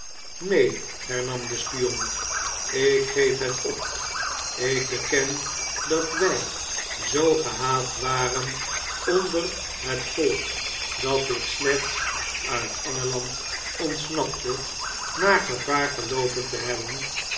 neen hernam de spion ik geef het op ik beken dat wij zoo gehaat waren onder het volk dat ik slechts uit ontsnapte na gevaar geloopen te hebben